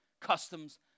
customs